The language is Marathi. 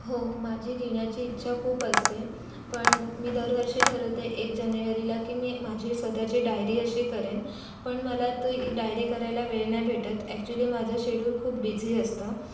हो माझी लिहिण्याची इच्छा खूप असते पण मी दरवर्षी ठरवते एक जानेवारीला की मी माझी स्वतःची डायरी अशी करेन पण मला ती डायरी करायला वेळ नाही भेटत ॲक्चुली माझं शेड्यूल खूप बिझी असतं